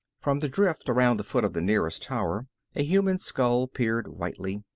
from the drift around the foot of the nearest tower a human skull peered whitely.